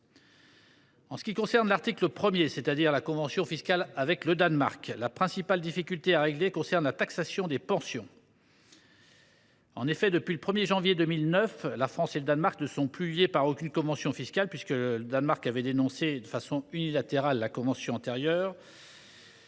En ce qui concerne l’article 1, c’est à dire la convention fiscale avec le Danemark, la principale difficulté à régler concerne la taxation des pensions. En effet, depuis le 1 janvier 2009, la France et le Danemark ne sont plus liés par aucune convention fiscale. Cette situation résulte du choix unilatéral du Danemark de